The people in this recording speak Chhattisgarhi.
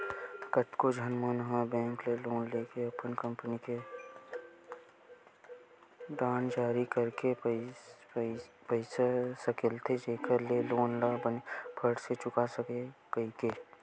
कतको झन मन ह बेंक ले लोन लेके अपन कंपनी के बांड जारी करके पइसा सकेलथे जेखर ले लोन ल बने फट ले चुका सकव कहिके